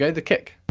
yeah the kick.